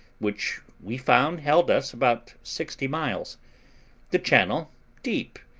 which we found held us about sixty miles the channel deep,